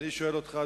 אני שואל אותך,